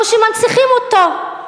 הוא שמנציחים אותו.